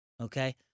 okay